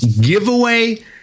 giveaway